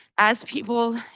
as people,